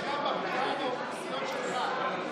זה בכיס שלך.